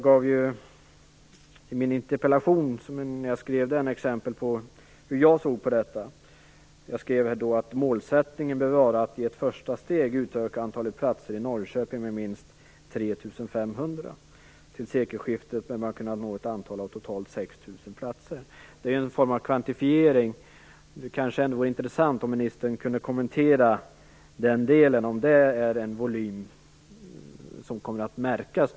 I min interpellation gav jag exempel på hur jag ser på detta. Jag skrev att målsättningen bör vara att i ett första steg utöka antalet platser i Norrköping med minst 3 500. Till sekelskiftet bör man kunna nå ett antal av totalt 6 000 platser. Detta är en form av kvantifiering. Det vore intressant om ministern kunde kommentera den delen, om det blir en volym som kommer att märkas.